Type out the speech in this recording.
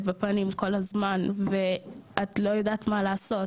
בפנים כל הזמן ואת לא יודעת מה לעשות,